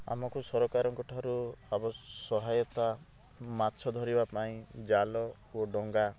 ଆମକୁ ସରକାରଙ୍କ ଠାରୁ ସହାୟତା ମାଛ ଧରିବା ପାଇଁ ଜାଲ ଓ ଡଙ୍ଗା